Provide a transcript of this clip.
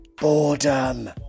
boredom